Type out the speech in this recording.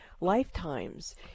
lifetimes